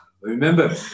Remember